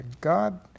God